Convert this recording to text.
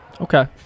Okay